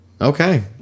Okay